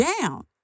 down